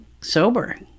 sober